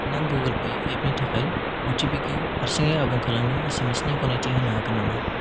नों Google Pay एपनि थाखाय अ टि पि खौ हारसिङै आबुं खालामनो एस एम एस नि गनायथिखौ होनो हागोन नामा